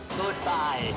Goodbye